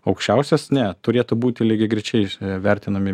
aukščiausias ne turėtų būti lygiagrečiai vertinami